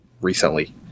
recently